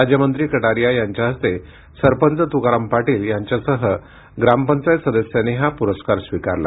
राज्यमंत्री कटारिया यांच्या हस्ते सरपंच तुकाराम पाटील यांच्यासह ग्राम पंचायत सदस्यांनी हा पुरस्कार स्वीकारला